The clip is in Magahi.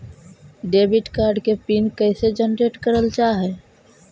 डेबिट कार्ड के पिन कैसे जनरेट करल जाहै?